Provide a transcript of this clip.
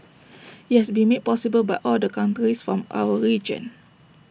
IT has been made possible by all the from our region